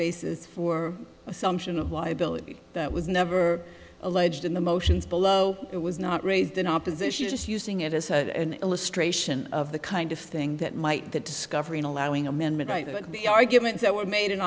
basis for assumption of liability that was never alleged in the motions below it was not raised in opposition just using it as an illustration of the kind of thing that might the discovery in allowing amendment rights would be arguments that were made in